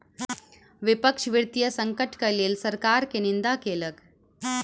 विपक्ष वित्तीय संकटक लेल सरकार के निंदा केलक